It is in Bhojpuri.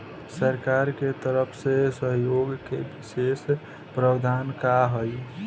सरकार के तरफ से सहयोग के विशेष प्रावधान का हई?